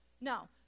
No